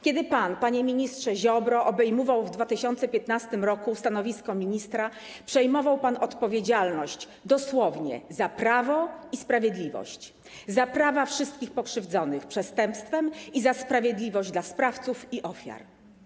Kiedy pan, panie ministrze Ziobro, obejmował w 2015 r. stanowisko ministra, przejmował pan odpowiedzialność, dosłownie, za prawo i sprawiedliwość - za prawa wszystkich pokrzywdzonych przez przestępstwo i za sprawiedliwość dla sprawców i ofiar.